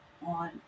on